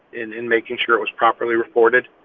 in in making sure it was properly reported.